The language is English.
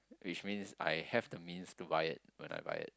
which means I have the means to buy it when I buy it